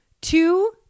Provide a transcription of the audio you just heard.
two